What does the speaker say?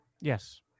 Yes